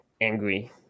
angry